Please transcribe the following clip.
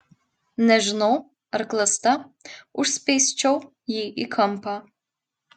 nežinau ar klasta užspeisčiau jį į kampą